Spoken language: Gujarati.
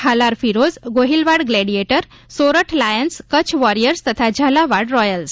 Halar Heroes Gohilwad Gladiators Sorath Lions Kutch Warriors તથા ઝાલાવાડ રોયલ્સ